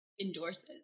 endorses